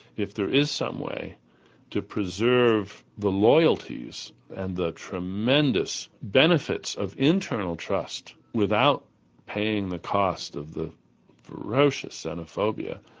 if there is some way to preserve the loyalties and the tremendous benefits of internal trust without paying the cost of the ferocious xenophobia,